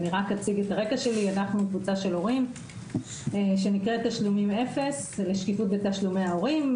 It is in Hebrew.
אנחנו קבוצה של הורים שנקראת תשלומים אפס לשקיפות בתשלומי ההורים.